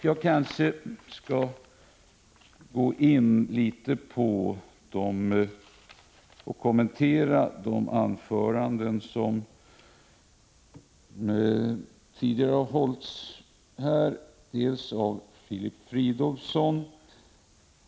Jag skall något kommentera de anföranden som tidigare har hållits här, bl.a. av Filip Fridolfsson.